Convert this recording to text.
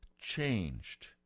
changed